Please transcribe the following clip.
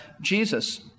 Jesus